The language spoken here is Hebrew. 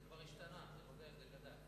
זה כבר השתנה, זה גדל.